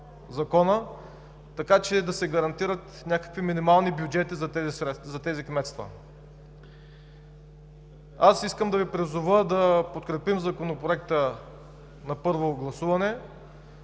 Закона, така че да се гарантират някакви минимални бюджети за тези кметства. Аз искам да Ви призова да подкрепим Законопроекта на първо гласуване,